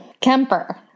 Kemper